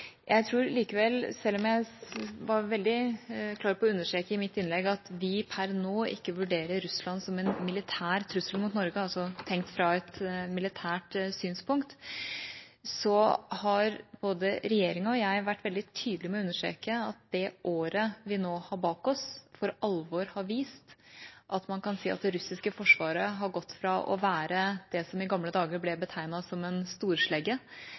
Jeg tror likevel, selv om jeg var veldig klar på å understreke i mitt innlegg at vi per nå ikke vurderer Russland som en militær trussel mot Norge, altså tenkt fra et militært synspunkt, at både regjeringa og jeg har vært veldig tydelige med å understreke at det året vi nå har bak oss, for alvor har vist at man kan si at det russiske forsvaret har gått fra å være det som i gamle dager ble betegnet som en